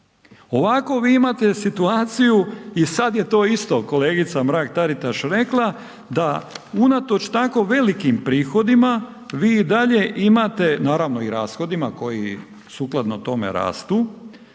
Ovako vi imate situaciju i sada je isto kolegica Mrak Taritaš rekla, da unatoč tako velikim prihodima vi i dalje imate, naravno i rashodima koji sukladno tome rastu,